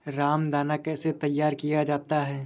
रामदाना कैसे तैयार किया जाता है?